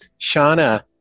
Shauna